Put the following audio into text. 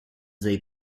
they